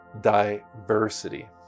diversity